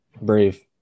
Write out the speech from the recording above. Brave